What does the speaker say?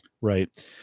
Right